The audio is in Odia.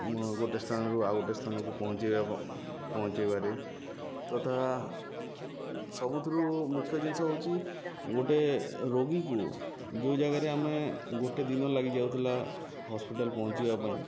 ଗୋଟେ ସ୍ଥାନରୁ ଆଉ ଗୋଟେ ସ୍ଥାନକୁ ପହଞ୍ଚେଇବା ପହଞ୍ଚେଇବାରେ ତଥା ସବୁଥିରୁ ମୁଖ୍ୟ ଜିନିଷ ହଉଛି ଗୋଟେ ରୋଗୀକୁ ଯେଉଁ ଜାଗାରେ ଆମେ ଗୋଟେ ଦିନ ଲାଗିଯାଉଥିଲା ହସ୍ପିଟାଲ ପହଞ୍ଚିବା ପାଇଁ